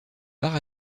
par